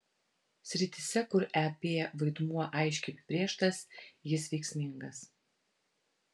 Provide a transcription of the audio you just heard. srityse kur ep vaidmuo aiškiai apibrėžtas jis veiksmingas